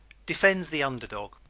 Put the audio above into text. defends the under dog